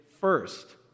first